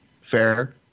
Fair